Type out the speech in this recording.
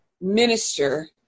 minister